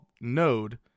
Node